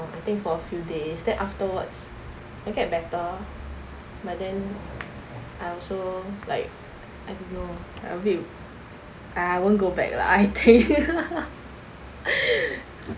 I think for a few days then afterwards will get better but then I also like I don't know I abit !aiya! I won't go back lah I think